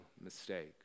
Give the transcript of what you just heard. mistake